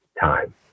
time